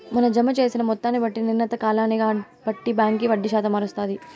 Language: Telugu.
మన జమ జేసిన మొత్తాన్ని బట్టి, నిర్ణీత కాలాన్ని బట్టి బాంకీ వడ్డీ శాతం మారస్తాది